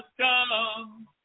come